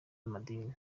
amadini